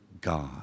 God